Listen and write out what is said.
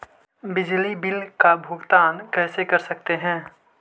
बिजली बिल का भुगतान कैसे कर सकते है?